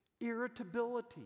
Irritability